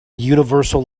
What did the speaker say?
universal